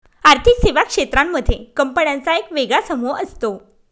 आर्थिक सेवा क्षेत्रांमध्ये कंपन्यांचा एक वेगळा समूह असतो